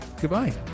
Goodbye